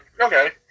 Okay